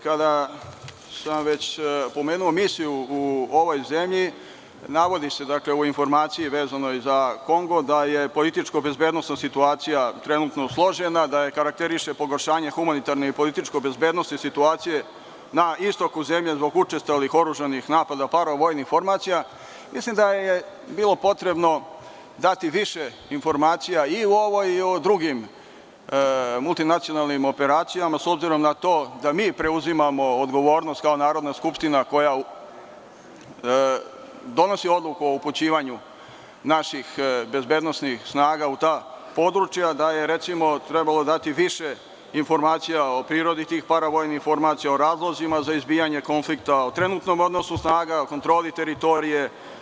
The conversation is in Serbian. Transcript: Kada sam već pomenuo misiju u ovoj zemlji, navodi se u informaciji vezanoj za Kongo, da je političko-bezbednosna situacija trenutno složena, da je karakteriše pogoršanje humanitarne i političko-bezbednosne situacije na istoku zemlje zbog učestalih oružanih napada paravojnih formacija, mislim da je bilo potrebno dati više informacija i o ovoj i o drugim multinacionalnim operacijama, s obzirom na to da mi preuzimamo odgovornost kao Narodna skupština koja donosi odluku o upućivanju naših bezbednosnih snaga u ta područja, da je, recimo, trebalo dati više informacija o prirodi tih paravojnih formacija, o razlozima za izbijanje konflikta, o trenutnom odnosu snaga, kontroli teritorije.